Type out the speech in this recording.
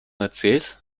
erzählt